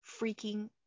freaking